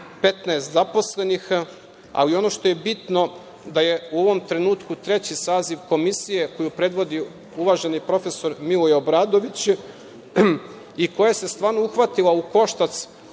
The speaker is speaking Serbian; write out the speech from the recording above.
15 zaposlenih. Ali, ono što je bitno, da je u ovom trenutku treći saziv Komisije, koju predvodi uvažen prof. Miloje Obradović, i koja se stvarno uhvatila u koštac sa